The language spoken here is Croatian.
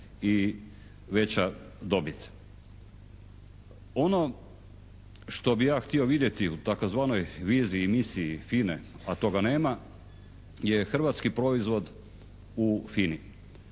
i veća dobit. Ono što bi ja htio vidjeti u tzv. viziji, misiji FINA-e je hrvatski proizvod u FINA-i.